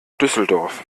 düsseldorf